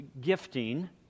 gifting